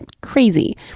crazy